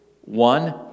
one